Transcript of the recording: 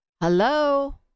hello